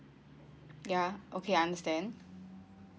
ya okay I understand